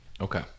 Okay